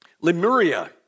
Lemuria